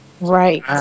right